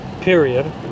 period